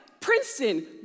Princeton